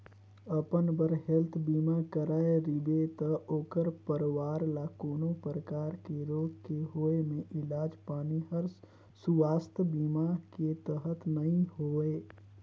अपन बर हेल्थ बीमा कराए रिबे त ओखर परवार ल कोनो परकार के रोग के होए मे इलाज पानी हर सुवास्थ बीमा के तहत नइ होए